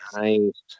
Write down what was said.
Nice